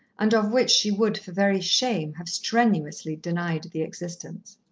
and of which she would, for very shame, have strenuously denied the existence.